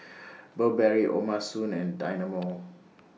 Burberry O'ma Spoon and Dynamo